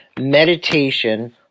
meditation